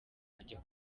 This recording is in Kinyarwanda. ajya